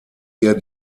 ihr